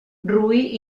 roí